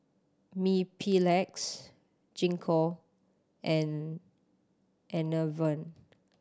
Mepilex Gingko and Enervon